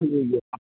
ᱴᱷᱤᱠ ᱜᱮᱭᱟ